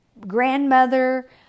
grandmother